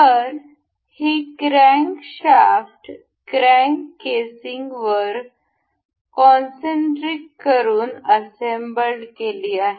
तर ही crankshaft crank केसिंगवर कोनसेंटरिक करून असेंबलेड केली आहे